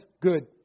good